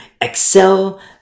excel